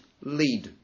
lead